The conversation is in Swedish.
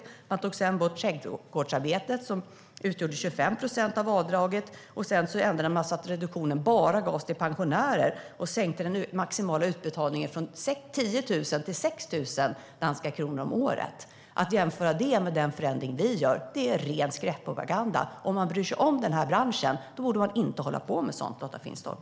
Vidare tog man bort trädgårdsarbete, som utgjorde 25 procent av avdraget. Man ändrade också så att reduktionen bara gavs till pensionärer och sänkte den maximala utbetalningen från 10 000 till 6 000 danska kronor om året. Att jämföra det med den förändring vi gör är ren skräckpropaganda. Om du bryr dig om denna bransch borde du inte hålla på med sådant, Lotta Finstorp.